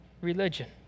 religion